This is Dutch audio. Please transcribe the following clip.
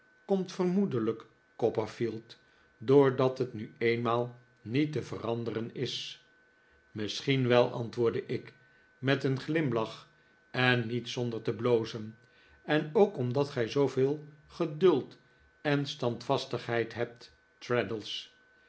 komt vermoedelijk copperfield doordat het nu eenmaal niet te veranderen is misschien wel antwoordde ik met een glimlach en niet zonder te blozen en ook omdat gij zooveel geduld en standvastigheid hebt